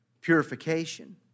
purification